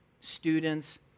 students